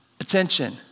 attention